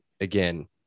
again